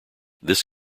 this